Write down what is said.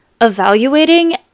evaluating